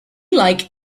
like